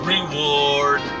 Reward